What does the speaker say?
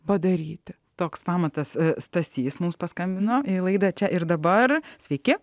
padaryti toks pamatas stasys mums paskambino į laidą čia ir dabar sveiki